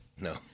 no